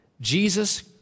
Jesus